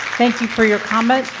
thank you for your comment.